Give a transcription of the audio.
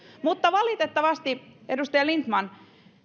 mutta valitettavasti edustaja lindtman